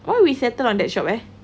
why we settle on that shop eh